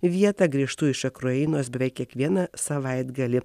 vietą grįžtu iš ukrainos beveik kiekvieną savaitgalį